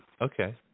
okay